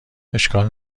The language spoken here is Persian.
اشکال